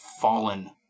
fallen